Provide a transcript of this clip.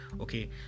okay